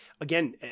again